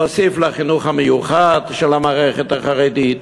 להוסיף לחינוך המיוחד של המערכת החרדית.